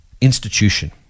institution